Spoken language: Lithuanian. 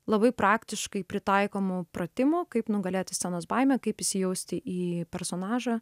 labai praktiškai pritaikomų pratimų kaip nugalėti scenos baimę kaip įsijausti į personažą